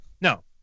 No